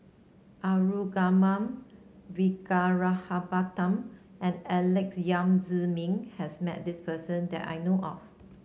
Arumugam and Alex Yam Ziming has met this person that I know of